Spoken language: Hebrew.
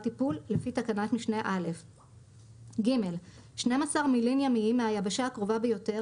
טיפול לפי תקנת משנה (א); (ג) 12 מילין ימיים מהיבשה הקרובה ביותר